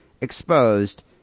exposed